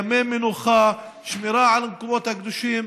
ימי מנוחה ושמירה על המקומות הקדושים